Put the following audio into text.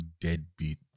deadbeat